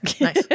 Nice